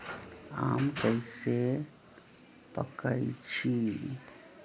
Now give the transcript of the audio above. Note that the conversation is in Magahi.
आम कईसे पकईछी?